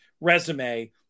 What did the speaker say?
resume